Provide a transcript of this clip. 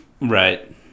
Right